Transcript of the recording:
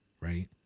right